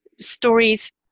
stories